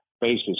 basis